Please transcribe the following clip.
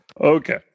Okay